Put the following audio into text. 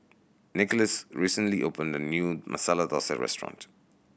Nicholas recently opened a new Masala Dosa Restaurant